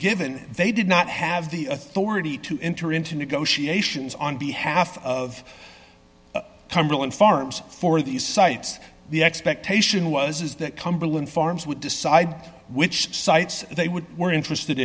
given they did not have the authority to enter into negotiations on behalf of cumberland farms for these sites the expectation was that cumberland farms would decide which sites they would were interested